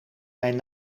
mijn